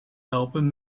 helpen